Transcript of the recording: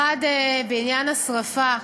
האחד, בעניין השרפה.